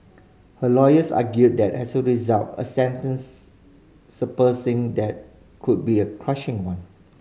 her lawyers argued that as a result a sentence surpassing that could be a crushing one